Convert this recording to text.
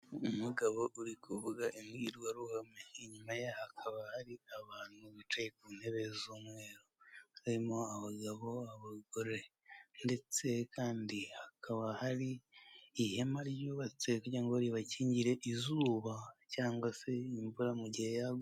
Umugabo uri kuvuga imbwirwaruhame inyuma ye hakaba hari abantu bicaye ku ntebe z'umweru, harimo abagabo, abagore, ndetse ahandi hakaba hari ihema ryubatse kugira ngo ribakingire izuba cyangwa se imvura igihe yaba iguye.